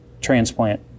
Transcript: transplant